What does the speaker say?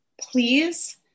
please